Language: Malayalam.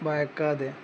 ഭയക്കാതെ